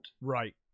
Right